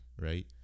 right